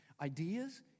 Ideas